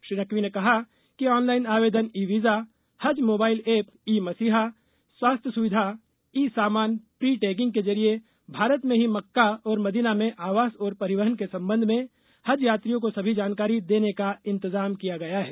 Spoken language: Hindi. श्री नकवी ने कहा कि ऑनलाइन आवेदन ई वीज़ा हज मोबाइल ऐप ई मसीहा स्वास्थ्य सुविधा ई सामान प्री टैगिंग के जरिए भारत में ही मक्का और मदीना में आवास और परिवहन के संबंध में हज यात्रियों को सभी जानकारी देने का इंतजाम किया गया है